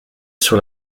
sur